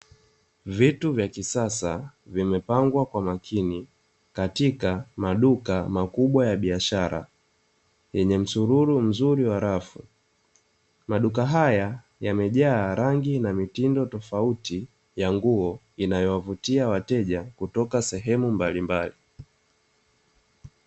Vitu vya kisasa, vimepangwa kwa makini katika maduka makubwa ya biashara yenye msururu mzuri wa rafu. Maduka haya yamejaa rangi na mitindo tofauti ya nguo inayowavutia wateja kutoka sehemu mbalimbali.